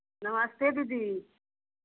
नमस्ते दीदी